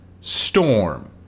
Storm